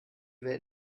welt